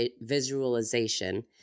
visualization